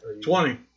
Twenty